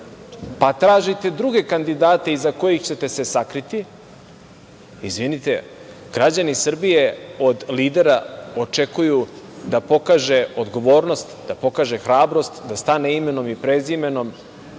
pa tražite druge kandidate iza kojih ćete se sakriti. Izvinite, građani Srbije od lidera očekuju da pokaže odgovornost, da pokaže hrabrost, da stane imenom i prezimenom